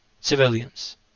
civilians